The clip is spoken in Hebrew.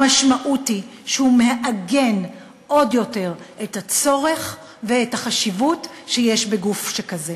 המשמעות היא שהוא מעגן עוד יותר את הצורך ואת החשיבות שיש בגוף כזה.